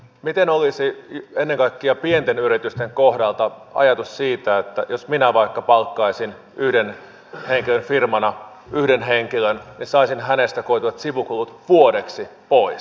miten olisi ennen kaikkea pienten yritysten kohdalla ajatus siitä että jos minä vaikka palkkaisin yhden henkilön firmana yhden henkilön niin saisin hänestä koituvat sivukulut vuodeksi pois